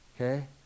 Okay